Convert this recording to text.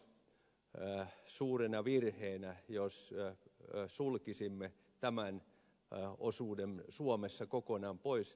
pitäisin erittäin suurena virheenä jos sulkisimme tämän osuuden suomessa kokonaan pois